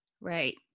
Right